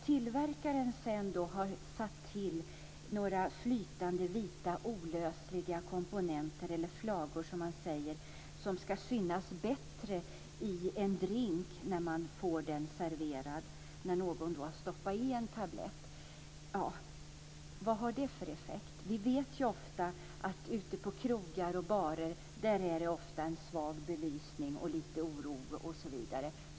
Tillverkaren har tillsatt några flytande vita olösliga komponenter eller flagor, som man säger, för att det ska synas bättre i en drink när man får den serverad om någon har stoppat i en tablett. Vad har det för effekt? Vi vet att det ute på krogar och barer ofta är en svag belysning, lite oro, osv.